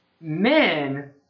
men